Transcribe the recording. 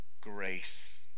grace